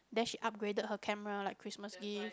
then she upgraded her camera like Christmas gift